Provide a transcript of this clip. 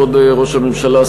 כבוד ראש הממשלה,